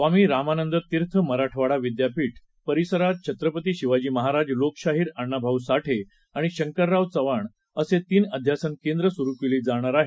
स्वामी रामानंद तीर्थ मराठवाडा विद्यापीठ परिसरात छत्रपती शिवाजी महाराज लोकशाहीर अण्णाभाऊ साठे आणि शंकरराव चव्हाण असे तीन अध्यासन केंद्र सुरु केली जाणार आहेत